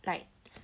like